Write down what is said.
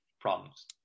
problems